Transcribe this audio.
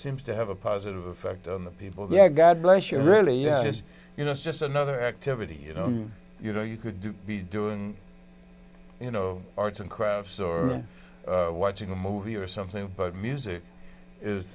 seems to have a positive effect on the people that god bless you really you know it's you know it's just another activity you know you know you could be doing you know arts and crafts or watching a movie or something but music is